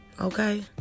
Okay